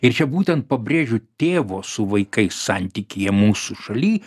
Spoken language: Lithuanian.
ir čia būtent pabrėžiu tėvo su vaikais santykyje mūsų šaly